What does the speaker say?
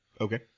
Okay